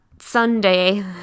Sunday